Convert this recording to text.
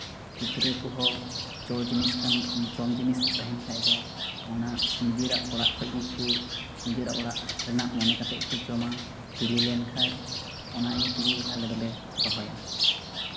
ᱜᱤᱫᱽᱨᱟᱹ ᱠᱚᱦᱚᱸ ᱡᱚ ᱡᱤᱱᱤᱥ ᱠᱟᱱ ᱡᱚᱢ ᱡᱤᱱᱤᱥ ᱛᱟᱦᱮᱱ ᱠᱷᱟᱡ ᱫᱚ ᱚᱱᱟ ᱱᱤᱡᱮᱨᱟᱜ ᱚᱲᱟᱜ ᱠᱷᱚᱡ ᱜᱮᱠᱚ ᱱᱤᱡᱮᱨᱟᱜ ᱚᱲᱟᱜ ᱨᱮᱱᱟᱜ ᱢᱚᱱᱮ ᱠᱟᱛᱮᱫ ᱜᱮᱠᱚ ᱡᱚᱢᱟ ᱵᱤᱞᱤ ᱞᱮᱱᱠᱷᱟᱡ ᱚᱱᱟ ᱤᱭᱟᱹ ᱛᱮᱜᱮ ᱟᱞᱮ ᱫᱚᱞᱮ ᱨᱚᱦᱚᱭᱟ